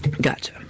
gotcha